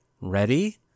Ready